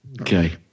okay